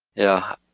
yeah,